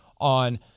on